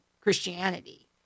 Christianity